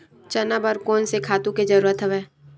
चना बर कोन से खातु के जरूरत हवय?